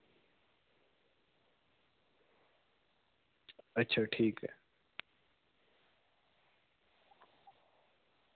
अच्छा ठीक ऐ